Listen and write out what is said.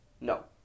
no